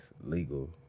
legal